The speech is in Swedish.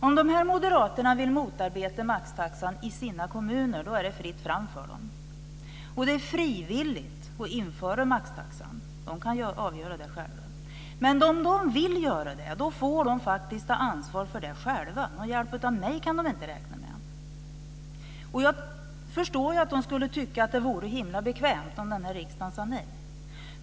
Om dessa moderater vill motarbeta maxtaxan i sina kommuner är det fritt fram för dem. Det är frivilligt att införa maxtaxan. De kan avgöra det själva. Men om de vill göra det får de faktiskt ta ansvar för det själva. Någon hjälp av mig kan de inte räkna med. Jag förstår att de skulle tycka att det vore himla bekvämt om riksdagen sade nej.